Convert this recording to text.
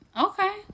Okay